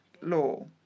law